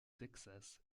texas